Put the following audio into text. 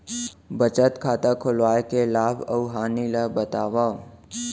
बचत खाता खोलवाय के लाभ अऊ हानि ला बतावव?